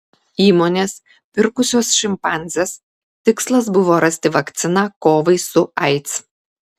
įmonės pirkusios šimpanzes tikslas buvo rasti vakciną kovai su aids